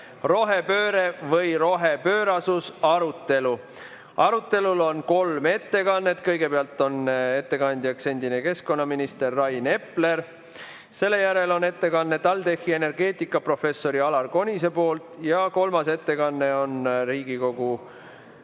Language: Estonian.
"Rohepööre või rohepöörasus?" arutelu. Arutelul on kolm ettekannet. Kõigepealt on ettekandjaks endine keskkonnaminister Rain Epler, selle järel on TalTechi energeetikaprofessori Alar Konisti ettekanne ning kolmas ettekandja on Riigikogu